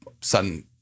sudden